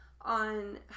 on